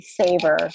savor